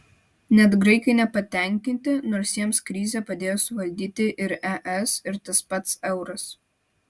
net graikai nepatenkinti nors jiems krizę padėjo suvaldyti ir es ir tas pats euras